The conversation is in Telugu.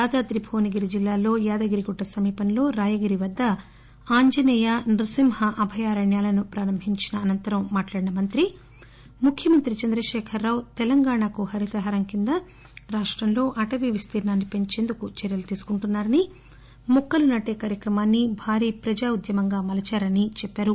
యాదాద్రి భువనగిరి జిల్లాలో యాదగిరిగుట్ట సమీపంలో రాయగిరి వద్ద ఆంజనేయ నృసింహ అభయారణ్యాలను ప్రారంభించిన అనంతరం మాట్లాడిన మంత్రి ముఖ్యమంత్రి చంద్రశేఖర్రావు తెలంగాణకు హరితహారం కింద రాష్టంలో అటవీ విస్తీర్ణాన్ని పెంచేందుకు చర్యలు తీసుకుంటున్నా రని మొక్కలు నాటే కార్యక్రమాన్ని భారీ ప్రజా ఉద్యమంగా మలచాలని చెప్పారు